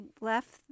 left